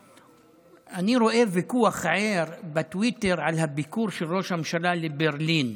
אני רואה ויכוח ער בטוויטר על הביקור של ראש הממשלה בברלין,